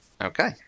Okay